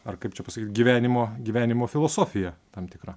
ar kaip čia pasakyt gyvenimo gyvenimo filosofiją tam tikrą